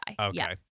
Okay